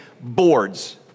boards